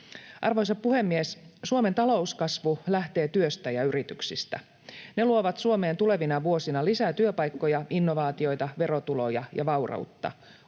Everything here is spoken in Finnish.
Arvoisa puhemies! Suomen talouskasvu lähtee työstä ja yrityksistä. Ne luovat Suomeen tulevina vuosina lisää työpaikkoja, innovaatioita, verotuloja ja vaurautta